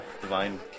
Divine